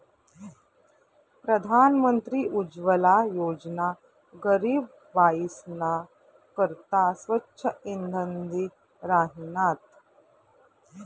प्रधानमंत्री उज्वला योजना गरीब बायीसना करता स्वच्छ इंधन दि राहिनात